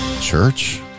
church